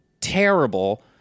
terrible